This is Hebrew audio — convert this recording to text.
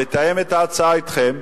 לתאם את ההצעה אתכם,